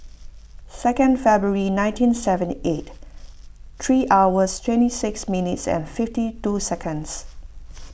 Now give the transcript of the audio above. second February nineteen seventy eight three hours twenty six minutes and fifty two seconds